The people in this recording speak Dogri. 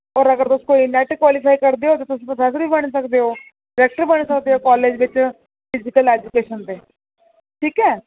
और अगर तुस कोई नैट्ट क्वालीफाई करदे ओ ते तुस प्रोफैसर बी बनी सकदे ओ लैक्चरर बनी सकदे ओ कालेज बीच फिजिकल ऐजुकेशन दे ठीक ऐ